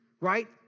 right